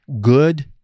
good